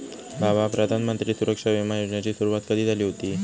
भावा, प्रधानमंत्री सुरक्षा बिमा योजनेची सुरुवात कधी झाली हुती